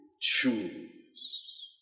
choose